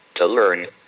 to learn,